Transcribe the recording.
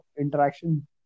interaction